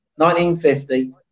1950